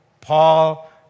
Paul